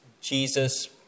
Jesus